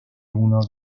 uno